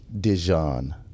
Dijon